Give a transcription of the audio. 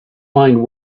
mind